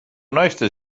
naiste